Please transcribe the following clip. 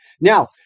Now